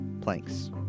planks